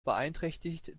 beeinträchtigt